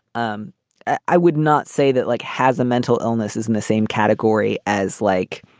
um i would not say that like has a mental illness is in the same category as like,